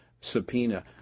subpoena